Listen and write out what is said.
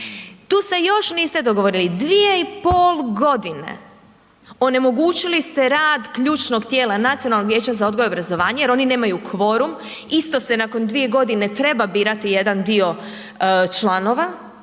Tu se još niste dogovorili, 2,5 g. onemogućili ste rad ključnog tijela, Nacionalnog vijeća za odgoj i obrazovanje jer oni nemaju kvorum, isto se nakon 2 g. treba birati jedan dio članova,